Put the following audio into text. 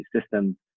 system